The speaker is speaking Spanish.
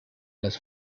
las